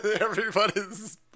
Everybody's